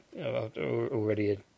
already